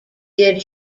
did